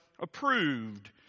approved